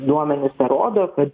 duomenys tą rodo kad